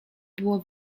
było